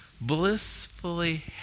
blissfully